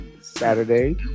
Saturday